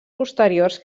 posteriors